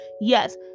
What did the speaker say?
yes